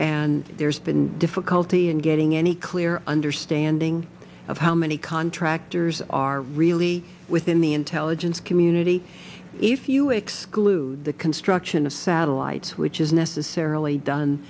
and there's been difficulty in getting any clear understanding of how many contractors are really within the intelligence community if you exclude the construction of satellites which is necessarily done